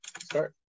start